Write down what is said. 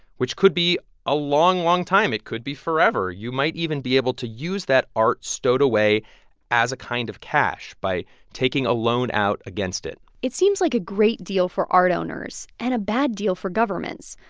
which could be a long, long time. it could be forever. you might even be able to use that art stowed away as a kind of cash by taking a loan out against it it seems like a great deal for art owners and a bad deal for governments.